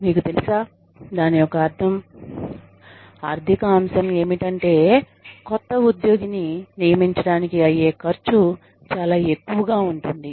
మీకు తెలుసా దాని యొక్క ఆర్థిక అంశం ఏమిటంటే కొత్త ఉద్యోగిని నియమించటానికి అయ్యే ఖర్చు చాలా ఎక్కువగా ఉంటుంది